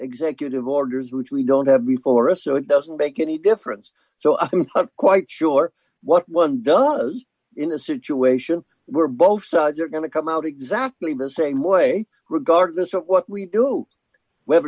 executive orders which we don't have before us so it doesn't make any difference so i'm quite sure what one does in a situation where both sides are going to come out exactly the same way regardless of what we do